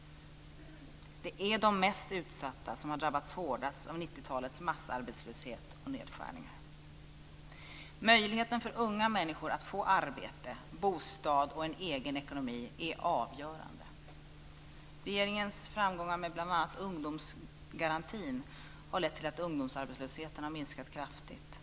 Det är de mest utsatta som har drabbats hårdast av 90-talets massarbetslöshet och nedskärningar. Möjligheten för unga människor att få arbete, bostad och en egen ekonomi är avgörande. Regeringens framgångar med bl.a. ungdomsgarantin har lett till att ungdomsarbetslösheten har minskat kraftigt.